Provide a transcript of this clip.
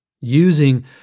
Using